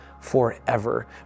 forever